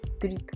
three